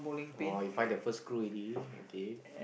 !wah! you find the first clue already okay